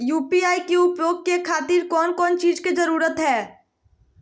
UPI के उपयोग के खातिर कौन कौन चीज के जरूरत है?